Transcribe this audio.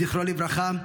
זכרו לברכה,